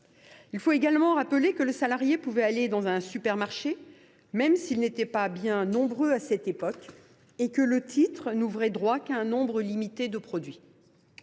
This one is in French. Il faut également rappeler que le salarié pouvait aller dans un supermarché, même s’ils n’étaient pas bien nombreux à cette époque, et que le titre n’ouvrait droit qu’à un nombre limité de produits.